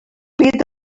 byd